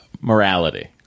Morality